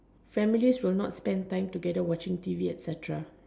families will not spend time together watching T_V etcetera